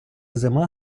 зима